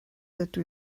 dydw